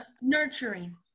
Nurturing